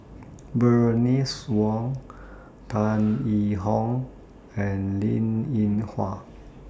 Bernice Wong Tan Yee Hong and Linn in Hua